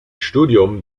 studium